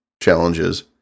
challenges